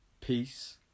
peace